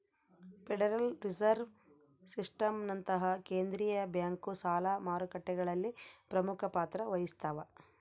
federal reserve ಸಿಸ್ಟಮ್ನಂತಹ ಕೇಂದ್ರೀಯ bank ಸಾಲ ಮಾರುಕಟ್ಟೆಗಳಲ್ಲಿ ಪ್ರಮುಖ ಪಾತ್ರ ವಹಿಸ್ತವ